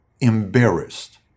Embarrassed